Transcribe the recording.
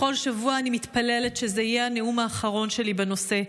בכל שבוע אני מתפללת שזה יהיה הנאום האחרון שלי בנושא,